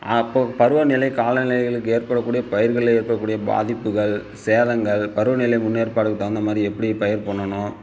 அப்போ பருவநிலை காலநிலைகளுக்கு ஏற்படக்கூடிய பயிர்கள் இருக்க கூடிய பாதிப்புகள் சேதங்கள் பருவநிலை முன்னேற்பாடுக்கு தகுந்த மாதிரி எப்படி பயிர் பண்ணணும்